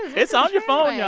it's on your phone, y'all. yeah